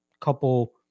couple